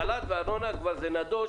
חל"ת וארנונה זה כבר נדוש,